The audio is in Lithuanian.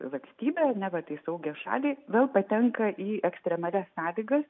valstybę neva tai saugią šalį vėl patenka į ekstremalias sąlygas